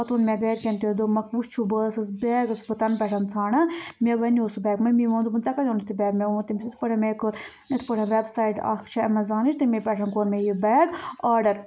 پَتہٕ ووٚن مٚےٚ گرِکٮ۪ن وُچھُو بہٕ ٲسٕس بیگ ٲسٕس بہٕ تَنہٕ پٮ۪ٹھ ژھانٛڈان مےٚ بنٮ۪و سُہ بیگ ممی ووٚن ژےٚ کتہِ اوٚنُتھ یہِ بیگ مےٚ ووٚن تَس یِتھٕ پٲٹھٮ۪ن مےٚ کوٚر یِتھٕ پٲٹھٮ۪ن ویب سایٹ اَکھ چھِ اَیٚمازانٕچ تَمے پٮ۪ٹھ کوٚر مےٚ یہِ بیگ آرڈَر